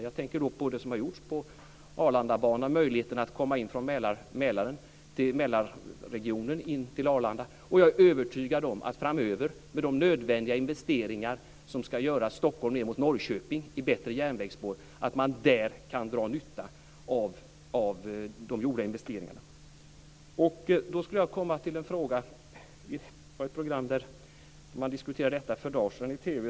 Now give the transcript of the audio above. Jag tänker då på det som har gjorts på Arlandabanan och möjligheten att komma från Mälarregionen in till Arlanda. Jag är övertygad om att man där framöver, med de nödvändiga investeringar som ska göras från Stockholm ned mot Norrköping i bättre järnvägsspår, kan dra nytta av de gjorda investeringarna. Jag kommer till min fråga. Det var ett program där man diskuterade detta för några dagar sedan i TV.